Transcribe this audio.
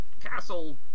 castle